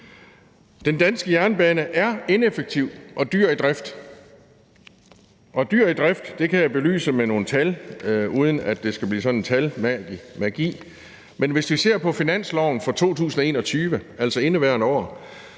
Den danske jernbane er ineffektiv og dyr i drift, og det kan jeg belyse med nogle tal, uden at det skal blive en form for talmagi. Hvis vi ser på finansloven for 2021, altså indeværende år,